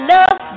Love